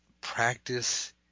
practice